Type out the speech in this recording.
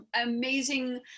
amazing